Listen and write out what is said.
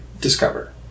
discover